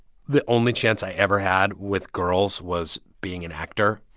the only chance i ever had with girls was being an actor.